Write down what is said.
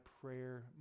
prayer